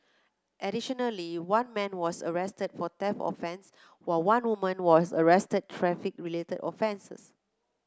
additionally one man was arrested for theft offence while one woman was arrested traffic related offences